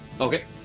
Okay